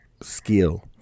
skill